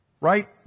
right